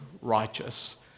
righteous